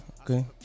okay